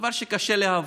זה דבר שקשה להבין.